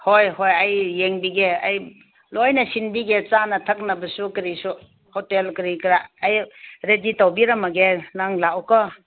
ꯍꯣꯏ ꯍꯣꯏ ꯑꯩ ꯌꯦꯡꯕꯤꯒꯦ ꯑꯩ ꯂꯣꯏꯅ ꯁꯤꯟꯕꯤꯒꯦ ꯆꯥꯅ ꯊꯛꯅꯕꯁꯨ ꯀꯔꯤꯁꯨ ꯍꯣꯇꯦꯜ ꯀꯔꯤ ꯀꯔꯥ ꯑꯩ ꯔꯦꯗꯤ ꯇꯧꯕꯤꯔꯝꯃꯒꯦ ꯅꯪ ꯂꯥꯛꯑꯣꯀꯣ